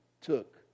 took